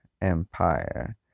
Empire